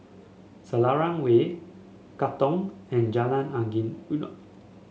Selarang Way Katong and Jalan Angin